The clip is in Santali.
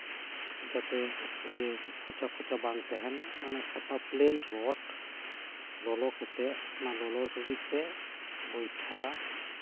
ᱡᱟᱛᱮ ᱤᱭᱟᱹ ᱠᱷᱚᱪᱟ ᱠᱷᱚᱪᱟ ᱵᱟᱝ ᱛᱟᱦᱮᱱ ᱢᱟᱱᱮ ᱥᱟᱯᱟ ᱯᱮᱞᱮᱱ ᱨᱚᱰ ᱞᱚᱞᱚ ᱠᱟᱛᱮᱫ ᱚᱱᱟ ᱞᱚᱞᱚ ᱞᱟᱹᱜᱤᱫ ᱛᱮ ᱜᱚᱭᱴᱷᱟ